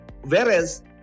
whereas